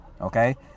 Okay